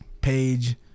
Page